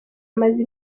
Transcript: amaze